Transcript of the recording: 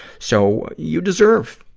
so, you deserve,